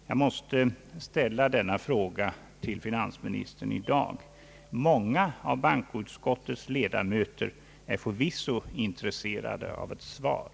Jag måste ställa denna fråga till finansministern i dag. Många av bankoutskottets ledamöter är förvisso intresserade av ett svar.